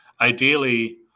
ideally